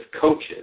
coaches